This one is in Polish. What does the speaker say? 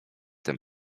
ten